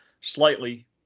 slightly